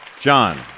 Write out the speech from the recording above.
John